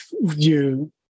view